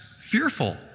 fearful